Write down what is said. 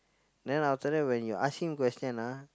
then after that when you ask him question ah